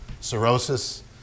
cirrhosis